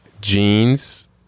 jeans